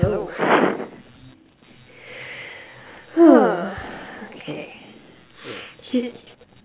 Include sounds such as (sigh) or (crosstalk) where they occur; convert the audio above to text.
hello (breath) okay she